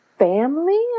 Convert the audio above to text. family